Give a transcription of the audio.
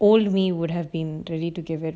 all we would have been really to give it